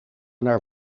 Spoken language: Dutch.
naar